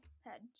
head